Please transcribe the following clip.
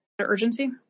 urgency